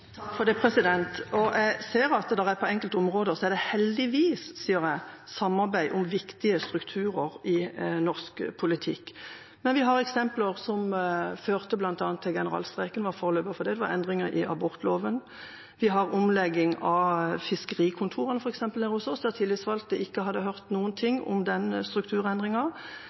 det – heldigvis, sier jeg – samarbeid om viktige strukturer i norsk politikk, men vi har eksempler som førte bl.a. til generalstreik, og forløperne for det var endringer i abortloven. Vi har omlegging av fiskerikontor hos oss, der tillitsvalgte ikke hadde hørt noen ting om